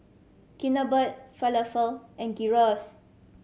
Chigenabe Falafel and Gyros